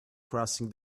crossing